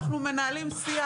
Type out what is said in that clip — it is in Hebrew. אנחנו מנהלים שיח.